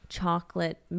chocolate